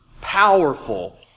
powerful